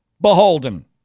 beholden